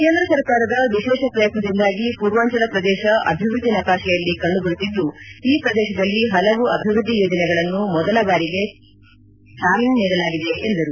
ಕೇಂದ್ರ ಸರ್ಕಾರದ ವಿಶೇಷ ಪ್ರಯತ್ನದಿಂದಾಗಿ ಪೂರ್ವಾಂಚಲ ಪ್ರದೇಶ ಅಭಿವೃದ್ದಿ ನಕಾಶೆಯಲ್ಲಿ ಕಂಡುಬರುತ್ತಿದ್ದು ಈ ಪ್ರದೇಶದಲ್ಲಿ ಹಲವು ಅಭಿವೃದ್ದಿ ಯೋಜನೆಗಳನ್ನು ಮೊದಲ ಬಾರಿಗೆ ಚಾಲನೆ ನೀಡಲಾಗಿದೆ ಎಂದರು